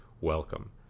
welcome